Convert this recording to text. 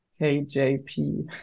KJP